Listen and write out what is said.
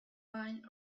wine